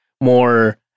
more